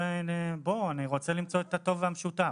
אני רוצה למצוא את הטוב והמשותף.